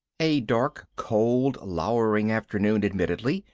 a dark cold lowering afternoon, admittedly.